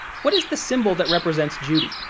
what is the symbol that represents judy?